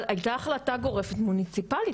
אבל היתה החלטה גורפת מוניציפלית,